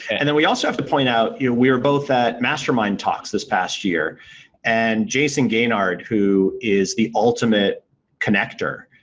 and then we also have to point out we are both at mastermind talks this past year and jayson gaignard who is the ultimate connector